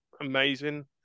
amazing